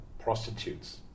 prostitutes